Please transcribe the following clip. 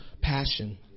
passion